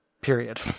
period